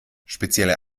spezielle